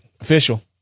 Official